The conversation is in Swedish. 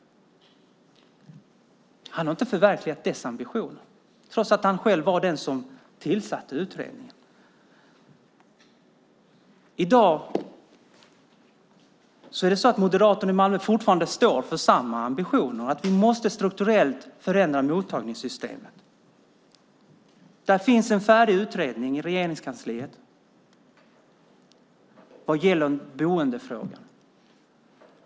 Men han har inte förverkligat utredningens ambitioner trots att han, som sagt, var den som tillsatte den. I dag står moderaten i Malmö fortfarande för samma ambition - att vi strukturellt måste förändra mottagningssystemet. I Regeringskansliet finns det en färdig utredning om boendet.